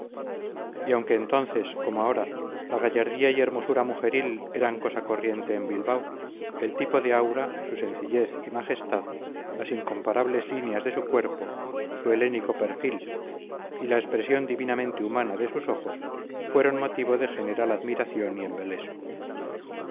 y aunque entonces como ahora la gallardía y hermosura mujeril eran cosa corriente en bilbao el tipo de aura su sencillez y majestad las incomparables líneas de su cuerpo su helénico perfil y la expresión divinamente humana de sus ojos fueron motivo de general admiración y embeleso